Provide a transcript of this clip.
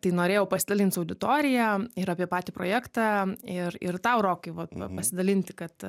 tai norėjau pasidalint su auditorija ir apie patį projektą ir ir tau rokai vat va pasidalinti kad